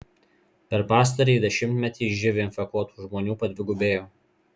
per pastarąjį dešimtmetį živ infekuotų žmonių padvigubėjo